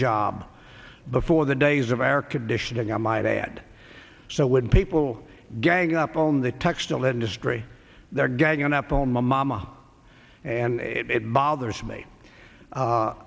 job before the days of air conditioning on my dad so when people gang up on the textile industry they're ganging up on my mama and it bothers